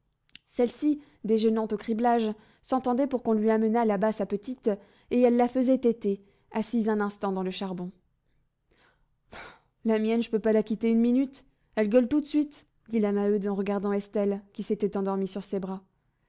celle-ci déjeunant au criblage s'entendait pour qu'on lui amenât là-bas sa petite et elle la faisait téter assise un instant dans le charbon la mienne je ne peux pas la quitter une minute elle gueule tout de suite dit la maheude en regardant estelle qui s'était endormie sur ses bras